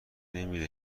نمیره